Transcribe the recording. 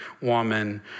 woman